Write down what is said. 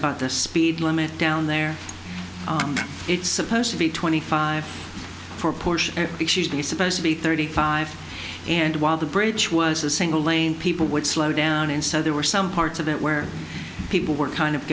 about the speed limit down there it's supposed to be twenty five for porsche excuse me supposed to be thirty five and while the bridge was a single lane people would slow down and so there were some parts of it where people were kind of